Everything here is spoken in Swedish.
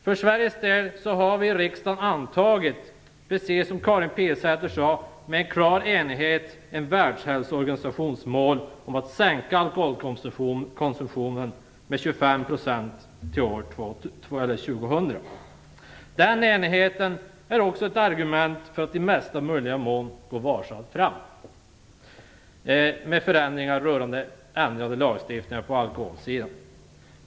För Sveriges del har vi i riksdagen antagit - precis som Karin Pilsäter sade - med klar enighet ett mål från Världshälsoorganisationen om att sänka alkoholkomsumtionen med 25 % t.o.m. år 2000. Den enigheten är också ett argument för att i mesta möjliga mån gå varsamt fram med förändringar i lagstiftningen på alkoholsidan.